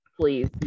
please